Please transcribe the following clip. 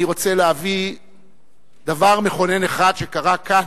אני רוצה להביא דבר מכונן אחד שקרה כאן,